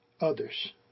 others